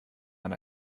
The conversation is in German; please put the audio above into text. man